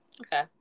Okay